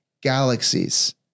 galaxies